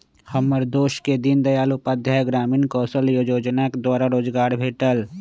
हमर दोस के दीनदयाल उपाध्याय ग्रामीण कौशल जोजना द्वारा रोजगार भेटल